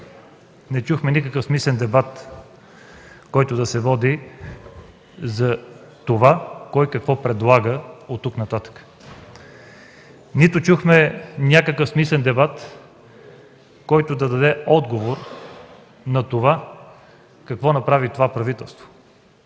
не чухме никакъв смислен дебат, който да се води за това кой какво предлага оттук нататък, нито чухме някакъв смислен дебат, който да даде отговор на това какво направи това правителство.